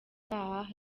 utaha